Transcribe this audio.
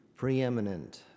Preeminent